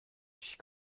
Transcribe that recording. she